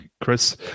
Chris